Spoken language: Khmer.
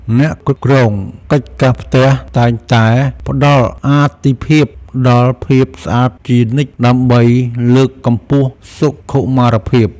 អ្នកគ្រប់គ្រងកិច្ចការផ្ទះតែងតែផ្តល់អាទិភាពដល់ភាពស្អាតជានិច្ចដើម្បីលើកកម្ពស់សុខុមាលភាព។